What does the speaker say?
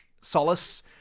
solace